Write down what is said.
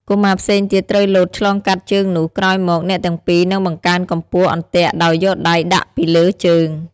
កុមារផ្សេងទៀតត្រូវលោតឆ្លងកាត់ជើងនោះ ក្រោយមក អ្នកទាំងពីរនឹងបង្កើនកម្ពស់អន្ទាក់ដោយយកដៃដាក់ពីលើជើង ។